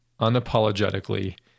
unapologetically